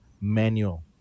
manual